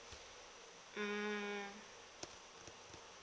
mm